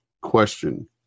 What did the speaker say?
question